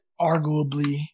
arguably